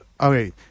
Okay